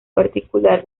particular